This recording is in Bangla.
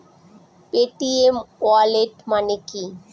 পেটিএম ওয়ালেট মানে কি?